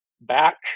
back